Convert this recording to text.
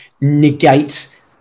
negate